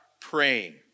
praying